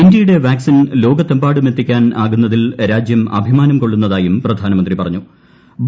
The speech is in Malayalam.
ഇന്ത്യയുടെ വാക്സിൻ ലോകത്തെമ്പാടും എത്തിക്കാൻ ആക്ടുന്നതിൽ രാജ്യം അഭിമാനം കൊള്ളുന്നതായും പ്രധാനമന്ത്രി പറ്റീഞ്ഞു്